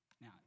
Now